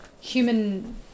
human